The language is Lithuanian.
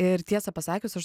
ir tiesą pasakius aš